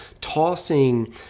tossing